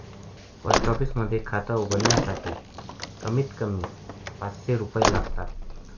post office मध्ये खात उघडण्यासाठी कमीत कमी पाचशे रुपये लागतात